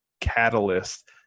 catalyst